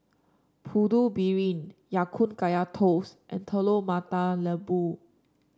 Putu Piring Ya Kun Kaya Toast and Telur Mata Lembu